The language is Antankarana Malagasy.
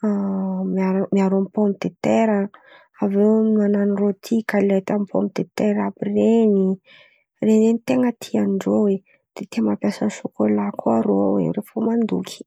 miara miaro amy pômy de tera, aviô manano rôty, galety amy pômy de tera àby ren̈y. Ren̈y zen̈y ten̈a tiandrô oe. De tia mampiasa sôkôla koa irô irô koa mandoky.